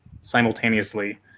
simultaneously